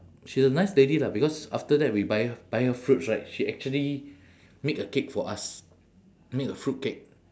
she's a nice lady lah because after that we buy buy her fruits right she actually make a cake for us make a fruit cake